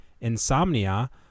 insomnia